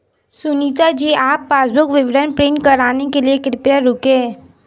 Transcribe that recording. सुनीता जी आप पासबुक विवरण प्रिंट कराने के लिए कृपया रुकें